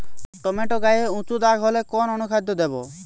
Tomato গায়ে উচু দাগ হলে কোন অনুখাদ্য দেবো?